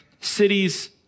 cities